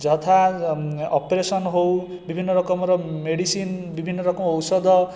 ଯଥା ଅପରସେନ୍ ହେଉ ବିଭିନ୍ନ ରକମର ମେଡ଼ିସିନ୍ ବିଭିନ୍ନ ରକମ ଔଷଧ